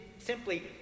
simply